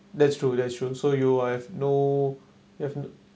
that's true that's true so you I've know you have